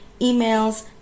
emails